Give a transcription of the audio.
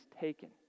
taken